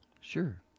sure